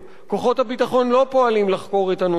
כוחות הביטחון לא פועלים לחקור את הנושא.